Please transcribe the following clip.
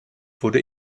wurde